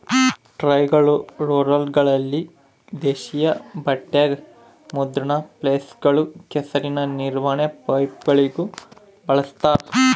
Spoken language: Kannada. ಟೈರ್ಗಳು ರೋಲರ್ಗಳಲ್ಲಿ ದೇಶೀಯ ಬಟ್ಟೆಗ ಮುದ್ರಣ ಪ್ರೆಸ್ಗಳು ಕೆಸರಿನ ನಿರ್ವಹಣೆಯ ಪೈಪ್ಗಳಿಗೂ ಬಳಸ್ತಾರ